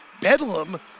Bedlam